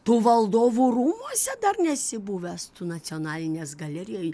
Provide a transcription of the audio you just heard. tu valdovų rūmuose dar nesi buvęs tu nacionalinės galerijoj